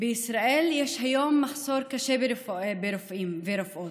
בישראל יש היום מחסור קשה ברופאים וברופאות,